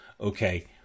okay